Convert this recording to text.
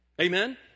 Amen